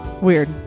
Weird